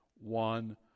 one